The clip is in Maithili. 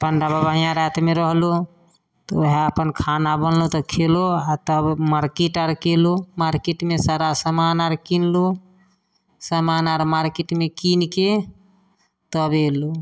पण्डा बाबा हीयाँ रातिमे रहलहुॅं तऽ ओहए अपन खाना बनेलहुॅं तऽ खेलू आ तब मार्केट आर केलू मार्केट मे सारा समान आर किनलू समान आर मार्केट मे कीनिके तब एलू